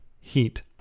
heat